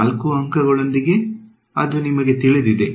ನಾಲ್ಕು ಅಂಕಗಳೊಂದಿಗೆ ಅದು ನಿಮಗೆ ತಿಳಿದಿದೆ